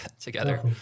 together